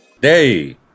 day